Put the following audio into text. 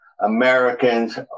Americans